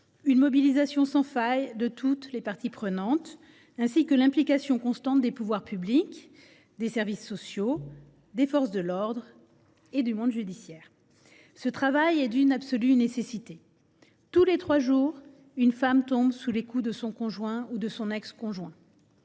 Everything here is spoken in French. une mobilisation sans faille de toutes les parties prenantes, ainsi que l’implication constante des pouvoirs publics, des services sociaux, des forces de l’ordre et du monde judiciaire. Ce travail revêt une absolue nécessité : tous les trois jours, une femme tombe sous les coups de son conjoint ou de son ex conjoint.